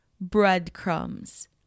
breadcrumbs